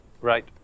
Right